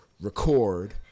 record